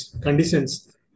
conditions